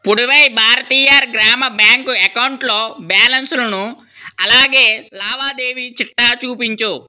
Puduvai Bharathiar Grama bank అకౌంటులో బ్యాలన్సులను అలాగే లావాదేవీ చిట్టా చూపించు